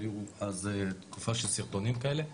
היה אז תקופה של סרטונים כאלה,